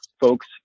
folks